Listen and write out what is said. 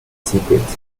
secrets